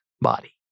body